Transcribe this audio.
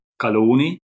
Caloni